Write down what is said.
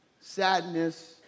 sadness